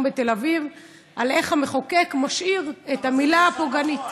בתל-אביב: איך המחוקק משאיר את המילה הפוגענית,